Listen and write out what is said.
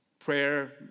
Prayer